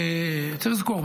צריך לזכור,